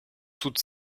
toute